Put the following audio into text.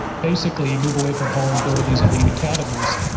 basically, you move away from home and go to these elite academies.